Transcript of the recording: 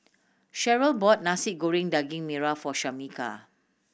Sherryl bought Nasi Goreng Daging Merah for Shameka